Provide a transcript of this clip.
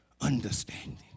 understanding